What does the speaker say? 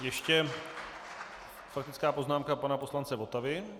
Ještě faktická poznámka pana poslance Votavy.